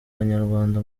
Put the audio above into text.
banyarwanda